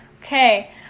Okay